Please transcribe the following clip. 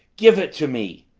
give it to me!